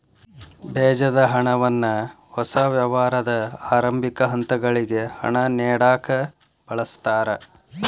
ಬೇಜದ ಹಣವನ್ನ ಹೊಸ ವ್ಯವಹಾರದ ಆರಂಭಿಕ ಹಂತಗಳಿಗೆ ಹಣ ನೇಡಕ ಬಳಸ್ತಾರ